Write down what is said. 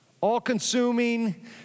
all-consuming